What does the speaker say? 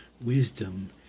Wisdom